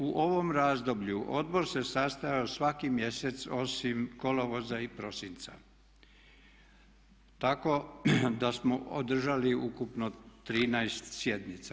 U ovom razdoblju odbor se sastajao svaki mjesec osim kolovoza i prosinca, tako da smo održali ukupno 13 sjednica.